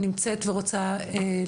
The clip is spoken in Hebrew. נמצאת ורוצה לדבר,